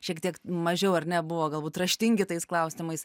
šiek tiek mažiau ar ne buvo galbūt raštingi tais klausimais